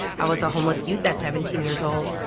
i was a homeless youth at seventeen years old.